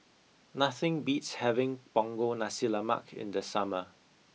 nothing beats having punggol nasi lemak in the summer